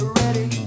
ready